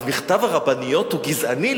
אז מכתב הרבניות הוא גזעני?